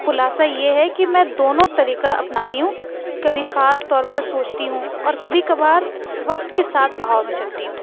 تو خلاصہ یہ ہے کہ میں دونوں طریقہ اپناتی ہوں کبھی خاص طور پر سوچتی ہوں اور کبھی کبھار وقت کے ساتھ بہاؤ میں چلتی ہوں